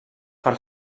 per